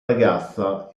ragazza